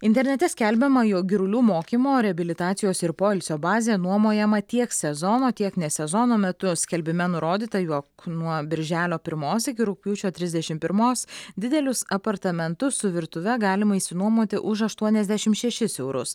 internete skelbiama jog girulių mokymo reabilitacijos ir poilsio bazė nuomojama tiek sezono tiek ne sezono metu skelbime nurodyta juog nuo birželio pirmos iki rugpjūčio trisdešim pirmos didelius apartamentus su virtuve galima išsinuomoti už aštuoniasdešim šešis eurus